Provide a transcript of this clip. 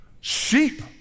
sheep